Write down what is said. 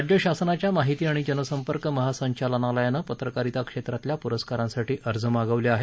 राज्य शासनाच्या माहिती आणि जनसंपर्क महासंचालनालयानं पत्रकारिता क्षेत्रातल्या पुरस्कारांसाठी अर्ज मागवले आहेत